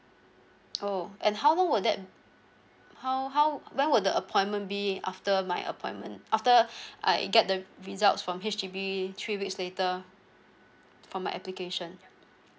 oh and how long will that how how when will the appointment be after my appointment after I get the results from H_D_B three weeks later for my application